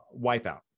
wipeout